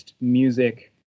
music